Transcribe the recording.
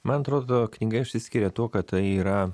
man atrodo knyga išsiskiria tuo kad tai yra